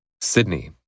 Sydney